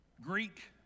Greek